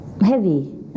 heavy